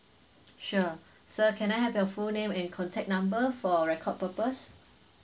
sure so can I have your full name and contact number for our record purpose